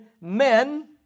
men